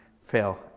fail